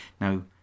Now